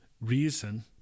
reason